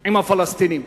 עם הפלסטינים?